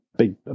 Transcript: Big